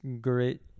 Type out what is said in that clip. great